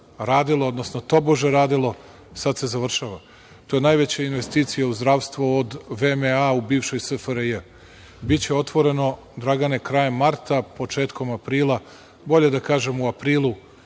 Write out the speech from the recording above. radilo, odnosno tobože radilo, sad se završava. To je najveća investicija u zdravstvu od VMA u bivšoj SFRJ. Biće otvoreno, Dragane, krajem marta, početkom aprila, bolje da kažem u aprilu